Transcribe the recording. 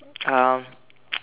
um